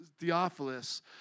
Theophilus